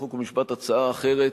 חוק ומשפט הצעה אחרת,